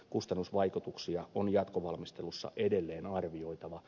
kustannusvaikutuksia on jatkovalmistelussa edelleen arvioitava